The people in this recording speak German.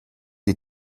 die